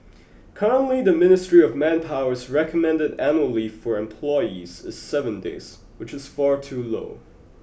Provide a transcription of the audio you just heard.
currently the Ministry of Manpower's recommended annual leave for employees is seven days which is far too low